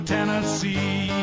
Tennessee